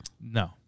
No